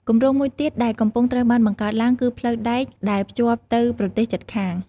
គម្រោងមួយទៀតដែលកំពុងត្រូវបានបង្កើតឡើងគឺផ្លូវដែកដែលភ្ជាប់ទៅប្រទេសជិតខាង។